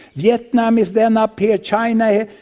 vietnam is then up here, china here,